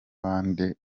babandi